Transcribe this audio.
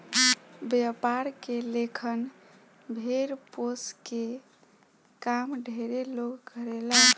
व्यापार के लेखन भेड़ पोसके के काम ढेरे लोग करेला